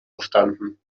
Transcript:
verstanden